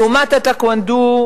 לעומת הטקוונדו,